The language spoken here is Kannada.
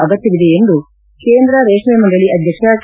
ಅಗತ್ಯವಿದೆ ಎಂದು ಕೇಂದ್ರ ರೇಷ್ಮೆ ಮಂಡಲಿ ಅಧ್ಯಕ್ಷ ಕೆ